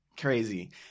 Crazy